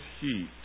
heat